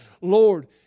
Lord